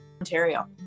Ontario